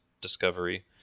Discovery